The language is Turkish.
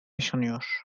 yaşanıyor